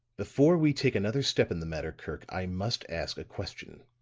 before we take another step in the matter, kirk, i must ask a question.